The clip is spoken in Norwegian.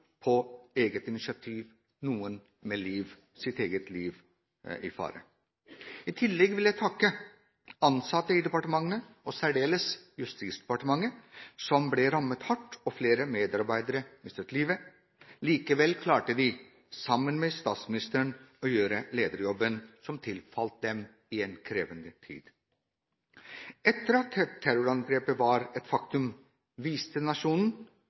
på eget initiativ – noen med fare for eget liv. I tillegg vil jeg takke ansatte i departementene – i særdeleshet i Justisdepartementet, som ble rammet hardt, og flere medarbeidere mistet livet. Likevel klarte de, sammen med statsministeren, å gjøre lederjobben som tilfalt dem i en krevende tid. Etter at terrorangrepet var et faktum, viste nasjonen